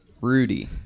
Rudy